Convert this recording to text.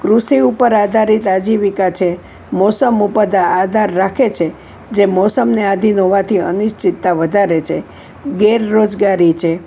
કૃષિ ઉપર આધારિત આજીવિકા છે મોસમ ઉપર આધાર રાખે છે જે મોસમને આધીન હોવાથી અનિશ્ચિતતા વધારે છે બેરોજગારી છે